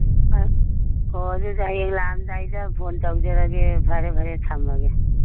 ꯑꯣ ꯑꯗꯨꯗꯤ ꯍꯌꯦꯡ ꯂꯥꯛꯑꯝꯂꯥꯏꯗ ꯐꯣꯟ ꯇꯧꯖꯔꯒꯦ ꯐꯔꯦ ꯐꯔꯦ ꯊꯝꯃꯒꯦ